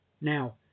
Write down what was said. Now